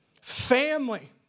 family